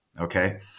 Okay